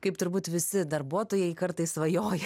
kaip turbūt visi darbuotojai kartais svajoji